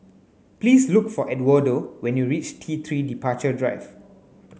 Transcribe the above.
please look for Edwardo when you reach T three Departure Drive